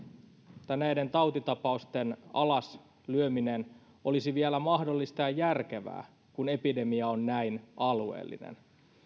tai näiden tautitapausten alas lyöminen olisi mahdollista ja järkevää vielä kun epidemia on näin alueellinen